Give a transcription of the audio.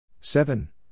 seven